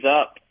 up